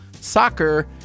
soccer